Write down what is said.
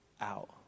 out